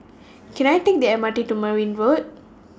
Can I Take The M R T to Merryn Road